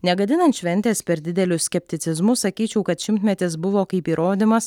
negadinant šventės per dideliu skepticizmu sakyčiau kad šimtmetis buvo kaip įrodymas